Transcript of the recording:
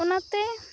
ᱚᱱᱟᱛᱮ